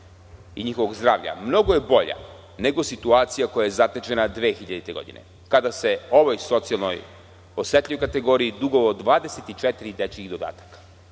i njihovog zdravlja mnogo je bolja nego situacija koja je zatečena 2000. godine, kada se ovoj socijalno osetljivoj kategoriji dugovalo 24 dečijih dodataka